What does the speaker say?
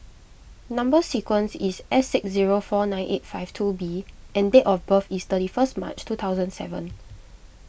Number Sequence is S six zero four nine eight five two B and date of birth is thirty first March two thousand and seven